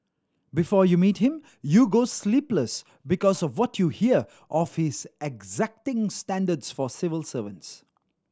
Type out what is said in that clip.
before you meet him you go sleepless because of what you hear of his exacting standards for civil servants